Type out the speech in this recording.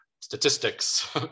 statistics